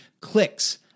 clicks